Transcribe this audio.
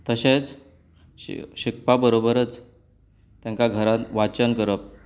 तशेंच शिकपा बरोबरच तांकां घरांत वाचन करप